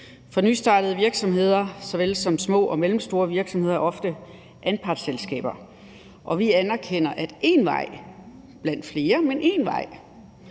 For nystartede virksomheder såvel som små og mellemstore virksomheder er ofte anpartsselskaber, og vi anerkender, at én vej blandt flere veje